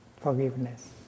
forgiveness